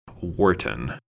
Wharton